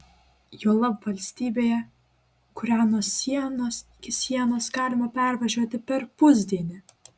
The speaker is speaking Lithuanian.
juolab valstybėje kurią nuo sienos iki sienos galima pervažiuoti per pusdienį